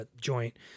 joint